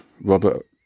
Robert